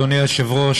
אדוני היושב-ראש,